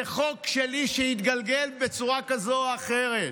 זה חוק שלי שהתגלגל בצורה כזאת או אחרת.